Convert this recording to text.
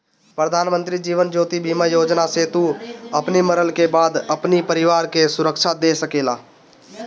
प्रधानमंत्री जीवन ज्योति बीमा योजना से तू अपनी मरला के बाद अपनी परिवार के सुरक्षा दे सकेला